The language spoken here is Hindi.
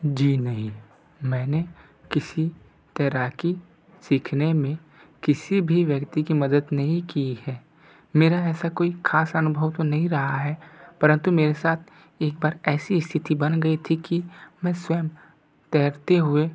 जी नहीं मैंने किसी तैराकी सीखने में किसी भी व्यक्ति की मदद नहीं की है मेरा ऐसा कोई ख़ास अनुभव तो नहीं रहा है परंतु मेरे साथ एक बार ऐसी स्थिति बन गई थी कि मैं स्वयं तैरते हुए